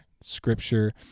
scripture